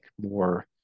more